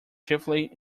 chiefly